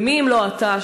ומי אם לא אתה,